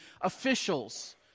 officials